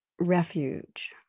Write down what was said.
refuge